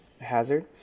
hazard